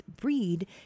breed